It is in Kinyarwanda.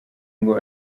ngo